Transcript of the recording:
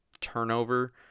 turnover